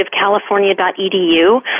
California.edu